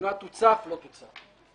המדינה תוצף, לא תוצף.